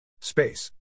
Space